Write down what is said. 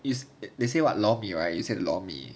is they say what lor mee right you say lor mee